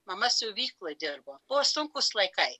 mama siuvykloj dirbo buvo sunkūs laikai